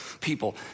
people